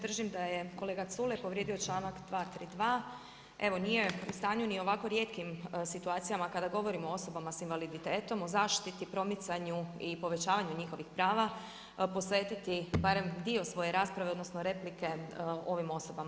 Držim da je kolega Culej povrijedio članak 232. evo nije u stanju ni u ovako rijetkim situacijama kada govorimo o osobama sa invaliditetom, o zaštiti, promicanju i povećavanju njihovih prava, posvetiti barem dio svoje rasprave, odnosno replike, o ovim osobama.